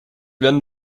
wenn